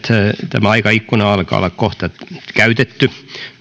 tämä aikaikkuna alkaa olla kohta käytetty